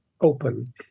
open